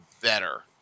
better